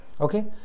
Okay